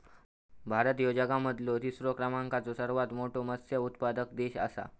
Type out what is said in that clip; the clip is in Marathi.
भारत ह्यो जगा मधलो तिसरा क्रमांकाचो सर्वात मोठा मत्स्य उत्पादक देश आसा